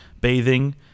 bathing